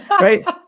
right